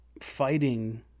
fighting